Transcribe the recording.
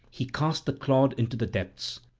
he cast the clod into the depths.